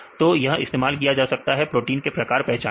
तो यह इस्तेमाल किया जा सकता है प्रोटीन के प्रकार को पहचानने में